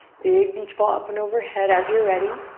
big beach ball up and overhead as you're ready.